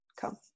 Come